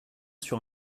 sur